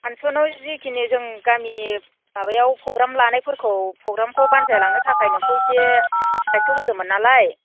फान्स'नाव जेखिनि जों गामिनि माबायाव प्रग्राम लानायफोरखौ प्रग्रामखौ बान्जायलांनो थाखाय नोंखौ एसे दाइथ' होदोंमोन नालाय